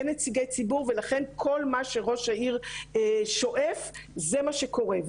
אין נציגי ציבור ולכן כל מה שראש העיר שואף זה מה שקורה,